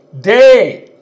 Day